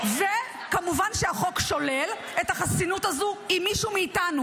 כמובן שהחוק שולל את החסינות הזאת אם מישהו מאיתנו